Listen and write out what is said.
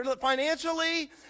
financially